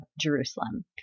Jerusalem